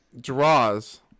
draws